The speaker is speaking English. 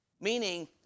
Meaning